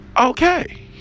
okay